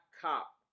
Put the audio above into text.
cop